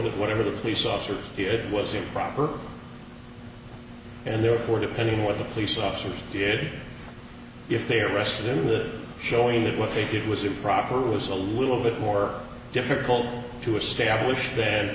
that whatever the police officer did was improper and therefore depending what the police officer did if they arrested him showing that what they did was improper or was a little bit more difficult to establish th